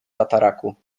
tataraku